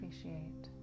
appreciate